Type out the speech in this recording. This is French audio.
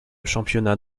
championnat